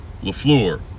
LaFleur